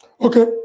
Okay